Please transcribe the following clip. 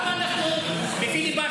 למה אנחנו בפיליבסטר?